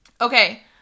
Okay